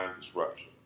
disruption